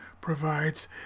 provides